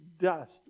dust